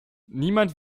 niemand